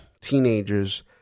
teenagers